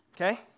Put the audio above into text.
Okay